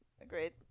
agreed